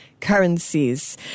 currencies